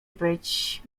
być